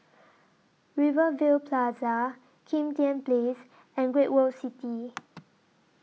Rivervale Plaza Kim Tian Place and Great World City